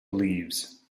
leaves